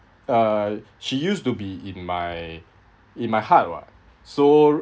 uh she used to be in my in my heart [what] so